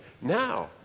Now